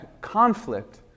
conflict